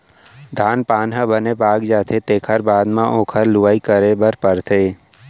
धान पान ह बने पाक जाथे तेखर बाद म ओखर लुवई करे बर परथे